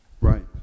right